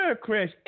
Chris